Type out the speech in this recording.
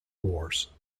wars